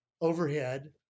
overhead